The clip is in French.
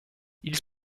ils